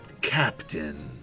Captain